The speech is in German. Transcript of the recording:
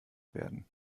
werden